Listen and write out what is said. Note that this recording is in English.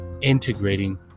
integrating